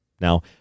Now